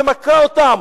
ומכה אותם,